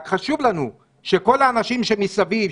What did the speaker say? רק חשוב לנו שכל האנשים שמסביב,